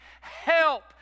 help